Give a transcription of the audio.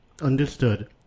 Understood